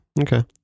okay